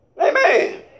Amen